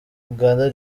uganda